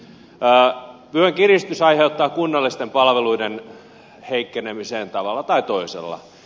vyön kiristys aiheuttaa kunnallisten palveluiden heikkenemisen tavalla tai toisella